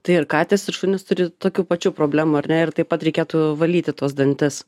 tai ir katės ir šunys turi tokių pačių problemų ar ne ir taip pat reikėtų valyti tuos dantis